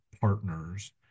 partners